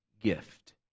gift